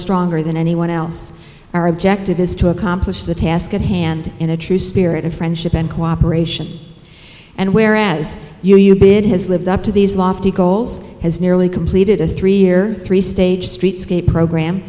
stronger than anyone else our objective is to accomplish the task at hand in a true spirit of friendship and cooperation and where as you you big has lived up to these lofty goals has nearly completed a three year three stage streetscape program